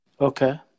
okay